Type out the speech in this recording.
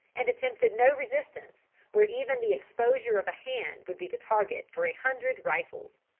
and attempted no resistance where even the exposure of a hand would be the target for a hundred rifles.